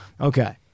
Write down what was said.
Okay